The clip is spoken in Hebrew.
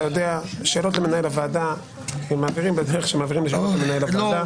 אתה יודע ששאלות למנהל הוועדה מעבירים בדרך שמעבירים למנהל הוועדה.